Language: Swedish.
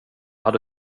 hade